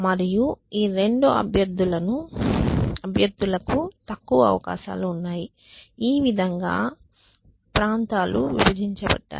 మరియు ఈ 2 కాండిడేట్ తక్కువ అవకాశాలు ఉన్నాయి ఈ విధంగా ప్రాంతాలు విభజించబడ్డాయి